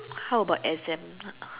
how about exams